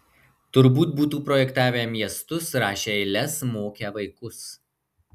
turbūt būtų projektavę miestus rašę eiles mokę vaikus